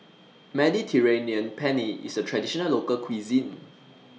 Mediterranean Penne IS A Traditional Local Cuisine